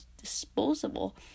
disposable